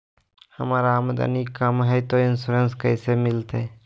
हमर आमदनी कम हय, तो इंसोरेंसबा कैसे मिलते?